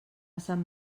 sant